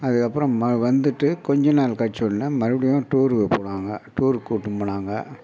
அதுக்கப்புறம் ம வந்துட்டு கொஞ்சநாள் கழித்தவொன்ன மறுபடியும் டூரு போனாங்க டூருக்கு கூட்டினு போனாங்க